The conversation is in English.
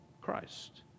Christ